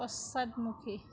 পশ্চাদমুখী